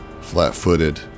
flat-footed